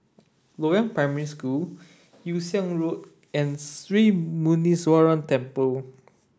Loyang Primary School Yew Siang Road and Sri Muneeswaran Temple